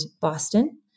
Boston